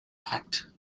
act